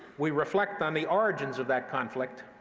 we reflect on the origins of that conflict,